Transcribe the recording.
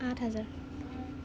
আঠ হাজাৰ